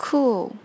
Cool